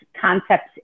concepts